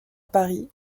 paris